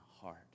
heart